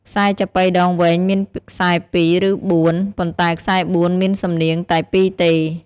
ខ្សែចាប៉ីដងវែងមានខ្សែ២ ឬ៤ ប៉ុន្ដែខ្សែ ៤ មានសំនៀងតែ ២ ទេ។